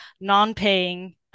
non-paying